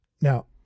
now